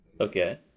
Okay